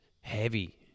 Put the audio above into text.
heavy